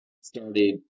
started